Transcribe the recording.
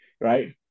right